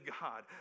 God